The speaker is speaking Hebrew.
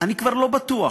אני כבר לא בטוח.